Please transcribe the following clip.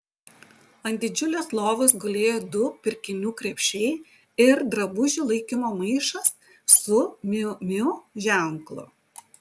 ant didžiulės lovos gulėjo du pirkinių krepšiai ir drabužių laikymo maišas su miu miu ženklu